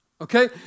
Okay